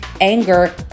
anger